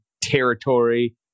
territory